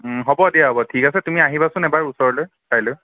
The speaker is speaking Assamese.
হ'ব দিয়া হ'ব ঠিক আছে তুমি আহিবাচোন এবাৰ ওচৰলৈ কাইলৈ